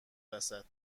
وسط